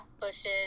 bushes